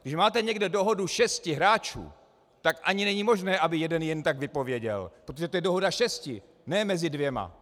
Když máte někde dohodu šesti hráčů, tak ani není možné, aby jeden jen tak vypověděl, protože to je dohoda šesti, ne mezi dvěma.